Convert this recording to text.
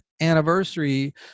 anniversary